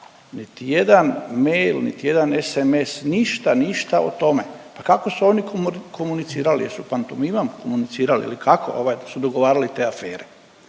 niti jedan mail, niti jedan SMS, ništa ništa o tome. Kako su oni komunicirali? Jesu pantomimom komunicirali ili kako, ovaj, dok su dogovarali te afere?